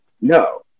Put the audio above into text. no